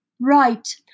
Right